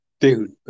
Dude